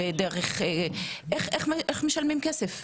איך משלמים כסף?